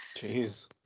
Jeez